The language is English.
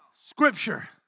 Scripture